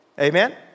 Amen